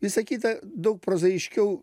visa kita daug proziškiau